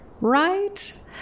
Right